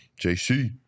JC